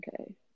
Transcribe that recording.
Okay